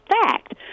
fact